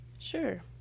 Sure